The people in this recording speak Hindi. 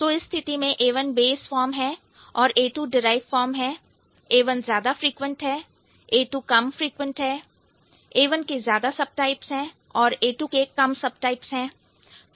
तो इस स्थिति में A1 base फॉर्म है और A2 डिराइव फॉर्म है A1 ज्यादा फ्रिक्वेंट है A2 कम फ्रिक्वेंट है A1 के ज्यादा सबटाइप्स है और A2 के कम सबटाइप्स हैं